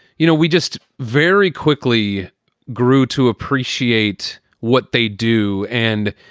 you know, we just very quickly grew to appreciate what they do. and,